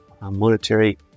monetary